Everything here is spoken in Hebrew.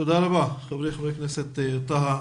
תודה רבה חברי חבר הכנסת טאהא.